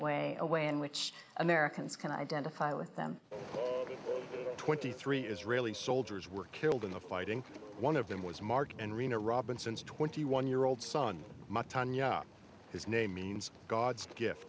a way in which americans can identify with them twenty three israeli soldiers were killed in the fighting one of them was mark and rena robinson's twenty one year old son matan yeah his name means god's gift